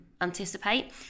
anticipate